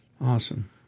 Awesome